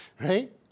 Right